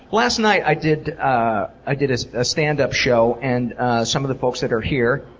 last night i did ah i did a ah standup show and some of the folks that are here,